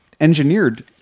engineered